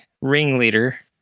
ringleader